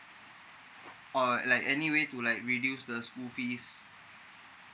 or like any way like to reduce the school fees